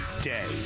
day